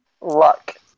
luck